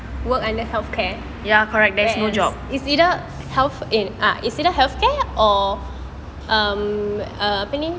ya correct there's no job